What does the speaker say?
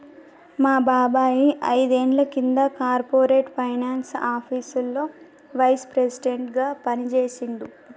మా బాబాయ్ ఐదేండ్ల కింద కార్పొరేట్ ఫైనాన్స్ ఆపీసులో వైస్ ప్రెసిడెంట్గా పనిజేశిండు